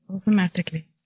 automatically